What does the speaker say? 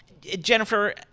Jennifer